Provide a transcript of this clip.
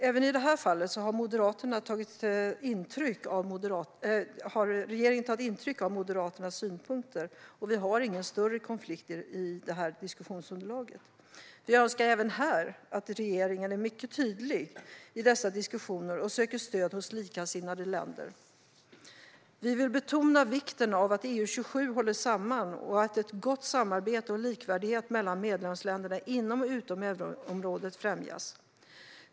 Även i det här fallet har regeringen tagit intryck av Moderaternas synpunkter. Vi har inga större konflikter i fråga om detta diskussionsunderlag. Vi önskar även här att regeringen är mycket tydlig i diskussionerna och söker stöd hos likasinnade länder. Vi vill betona vikten av att EU-27 håller samman och att ett gott samarbete och en likvärdighet mellan medlemsländerna inom och utom euroområdet främjas.